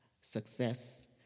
success